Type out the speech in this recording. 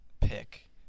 Pick